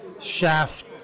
Shaft